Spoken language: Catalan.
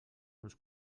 uns